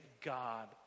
God